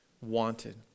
wanted